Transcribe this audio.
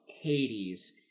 hades